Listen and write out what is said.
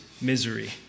misery